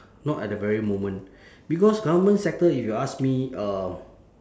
not at the very moment because government sector if you ask me uh